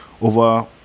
over